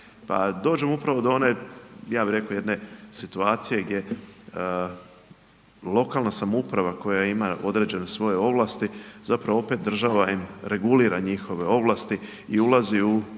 bih rekao jedne situacije gdje lokalna samouprava koja ima određene svoje ovlasti zapravo opet država im regulira njihove ovlasti i ulazi u